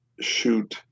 shoot